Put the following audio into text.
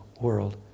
world